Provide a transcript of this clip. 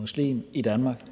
muslim i Danmark,